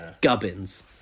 gubbins